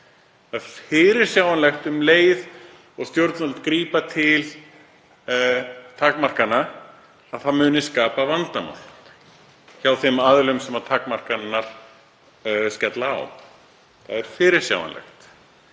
Það er fyrirsjáanlegt að um leið og stjórnvöld grípa til takmarkana muni það skapa vandamál hjá þeim aðilum sem takmarkanirnar skella á. Það er fyrirsjáanlegt